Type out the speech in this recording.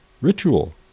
ritual